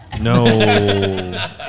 No